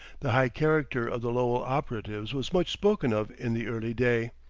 the high character of the lowell operatives was much spoken of in the early day.